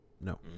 No